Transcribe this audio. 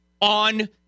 on